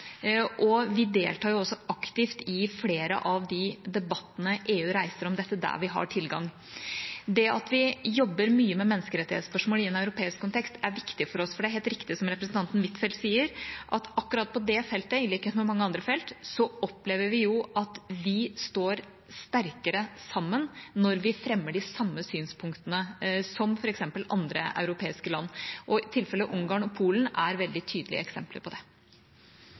Vi deltar også aktivt i flere av de debattene EU reiser om dette, der vi har tilgang. Det at vi jobber mye med menneskerettighetsspørsmål i en europeisk kontekst, er viktig for oss, for det er helt riktig som representanten Huitfeldt sier, at akkurat på det feltet, i likhet med mange andre felt, opplever vi at vi står sterkere sammen når vi fremmer de samme synpunktene som f.eks. andre europeiske land. Tilfellet Ungarn og Polen er veldig tydelige eksempler på det.